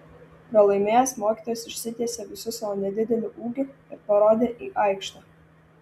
pralaimėjęs mokytojas išsitiesė visu savo nedideliu ūgiu ir parodė į aikštę